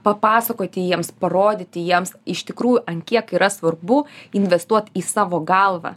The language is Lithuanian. papasakoti jiems parodyti jiems iš tikrų ant kiek yra svarbu investuot į savo galvą